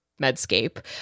Medscape